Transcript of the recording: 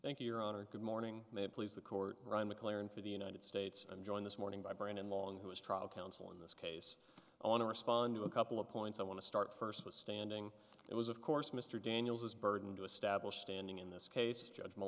thank you your honor good morning may it please the court run mclaren for the united states and joined this morning by brennan long who is trial counsel in this case i want to respond to a couple of points i want to start first with standing it was of course mr daniels this burden to establish standing in this case judg